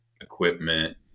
equipment